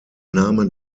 name